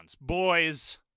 Boys